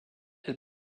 elle